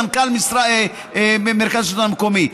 מנכ"ל מרכז השלטון המקומי?